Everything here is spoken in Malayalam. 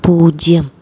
പൂജ്യം